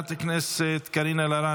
חברת הכנסת קארין אלהרר,